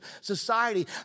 society